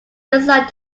decide